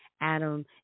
Adam